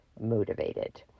motivated